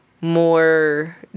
more